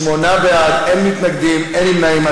שמונה בעד, אין מתנגדים, אין נמנעים.